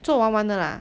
做玩玩的 lah